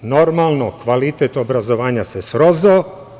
Normalno kvalitet obrazovanja se srozao.